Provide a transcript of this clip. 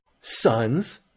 sons